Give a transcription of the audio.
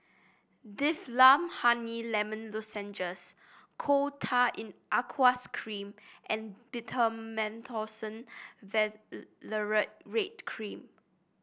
Difflam Honey Lemon Lozenges Coal Tar in Aqueous Cream and Betamethasone Valerate Cream